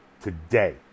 today